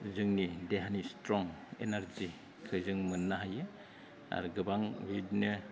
जोंनि देहानि स्ट्रं एनारजिखौ जों मोननो हायो आरो गोबां बेबायदिनो